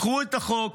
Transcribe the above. קחו את החוק,